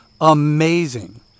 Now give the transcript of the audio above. amazing